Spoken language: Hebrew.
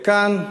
וכאן,